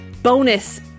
bonus